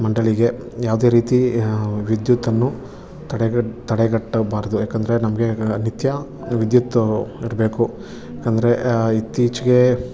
ಮಂಡಳಿಗೆ ಯಾವುದೇ ರೀತಿ ವಿದ್ಯುತ್ತನ್ನು ತಡೆಗಟ್ಟ ತಡೆಗಟ್ಟಬಾರದು ಯಾಕಂದರೆ ನಮಗೆ ನಿತ್ಯ ವಿದ್ಯುತ್ ಇರಬೇಕು ಯಾಕಂದರೆ ಇತ್ತೀಚಿಗೆ